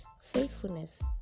Faithfulness